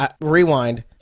rewind